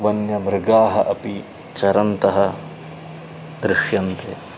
वन्यमृगाः अपि चरन्तः दृश्यन्ते